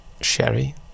Sherry